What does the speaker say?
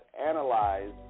analyze